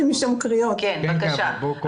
בבקשה.